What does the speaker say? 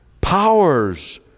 powers